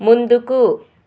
ముందుకు